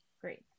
great